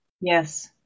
Yes